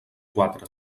quatre